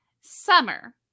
Summer